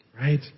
Right